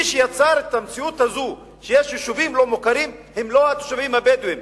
מי שיצר את המציאות הזאת שיש יישובים לא-מוכרים זה לא התושבים הבדואים,